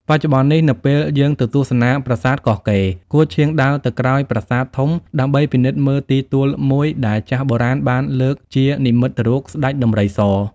បច្ចុប្បន្ននេះ នៅពេលយើងទៅទស្សនា ប្រាសាទកោះកេរ គួរឆៀងដើរទៅក្រោយប្រាសាទធំដើម្បីពិនិត្យមើលទីទួលមួយ ដែលចាស់បុរាណបានលើកជានិមិត្តរូបស្តេចដំរីស។